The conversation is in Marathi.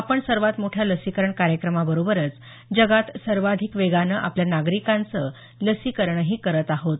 आपण सर्वात मोठ्या लसीकरण कार्यक्रमाबरोबरच जगात सर्वाधिक वेगानं आपल्या नागरिकांचं लसीकरणही करत आहोत